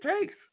takes